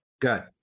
Good